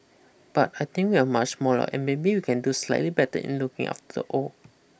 but I think we are much smaller and maybe we can do slightly better in looking after the old